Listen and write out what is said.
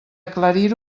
aclarir